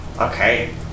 Okay